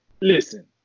Listen